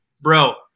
bro